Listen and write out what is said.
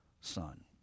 son